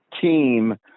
team